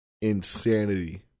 Insanity